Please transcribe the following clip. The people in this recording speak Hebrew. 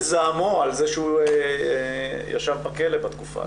זעמו על זה שהוא ישב בכלא בתקופה הזו.